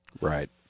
Right